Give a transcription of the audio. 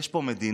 יש פה מדינה,